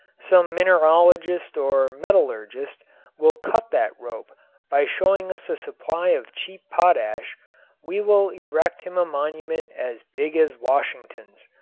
some mineralogist or metallurgist will cut that rope by showing us a supply of cheap potash we will erect him a monument as big as washington's.